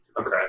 okay